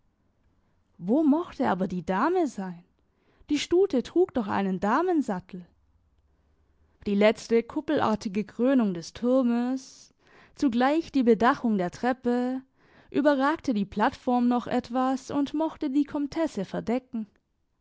wo mochte aber die dame sein die stute trug doch einen damensattel die letzte kuppelartige krönung des turmes zugleich die bedachung der treppe überragte die plattform noch etwas und mochte die komtesse verdecken